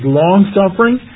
long-suffering